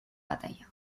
batalla